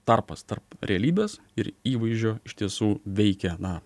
tarpas tarp realybės ir įvaizdžio iš tiesų veikia na